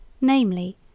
namely